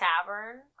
Tavern